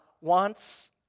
wants